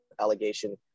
allegation